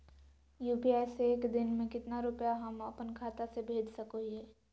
UPI से एक दिन में कितना रुपैया हम अपन खाता से भेज सको हियय?